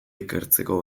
ikertzeko